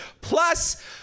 Plus